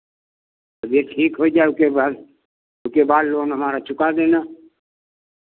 तबियत ठीक होइ जाए ओके बाद ओके बाद लोन हमारा चुका देना